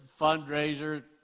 fundraiser